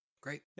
great